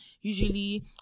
usually